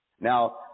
Now